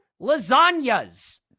lasagnas